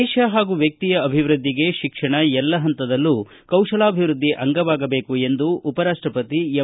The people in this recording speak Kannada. ದೇಶ ಹಾಗೂ ವ್ಯಕ್ತಿಯ ಅಭಿವೃದ್ದಿಗೆ ಶಿಕ್ಷಣ ಎಲ್ಲ ಹಂತದಲ್ಲೂ ಕೌಶಲಾಭಿವೃದ್ದಿ ಅಂಗವಾಗಬೇಕು ಎಂದು ಉಪರಾಷ್ಟಪತಿ ಎಂ